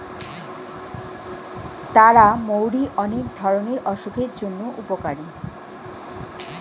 তারা মৌরি অনেক ধরণের অসুখের জন্য উপকারী